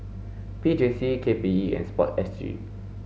P J C K P E and sport S G